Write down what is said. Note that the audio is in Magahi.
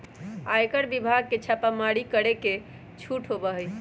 आयकर विभाग के छापेमारी करे के छूट होबा हई